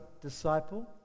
disciple